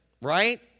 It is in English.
right